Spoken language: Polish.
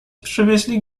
przywieźli